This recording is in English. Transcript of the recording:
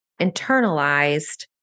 internalized